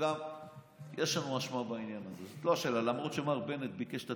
אדוני היושב-ראש וכבוד